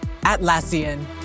Atlassian